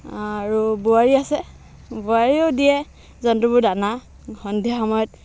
আৰু বোৱাৰী আছে বোৱাৰীও দিয়ে জন্তুবোৰ দানা সন্ধিয়া সময়ত